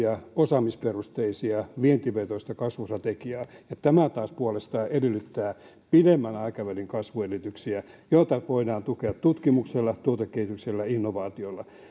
osaamisperusteista vientivetoista kasvustrategiaa ja tämä taas puolestaan edellyttää pidemmän aikavälin kasvuedellytyksiä joita voidaan tukea tutkimuksella tuotekehityksellä